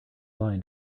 line